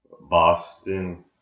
Boston